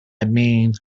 mean